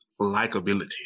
likability